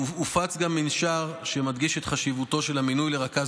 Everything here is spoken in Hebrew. הופץ גם מנשר המדגיש את חשיבותו של מינוי רכז